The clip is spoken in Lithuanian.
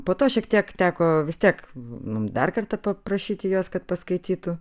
po to šiek tiek teko vis tiek mum dar kartą paprašyti jos kad paskaitytų